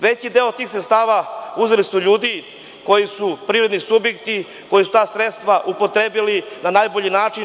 Veći deo tih sredstava uzeli su ljudi, privredni subjekti, koja su ta sredstva upotrebili na najbolji način.